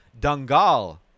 Dangal